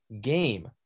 game